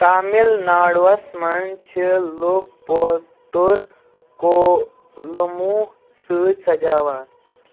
تامِل ناڈُوَس منٛز چھِ لُکھ پوتُر کولموٗ سۭتۍ سجاوان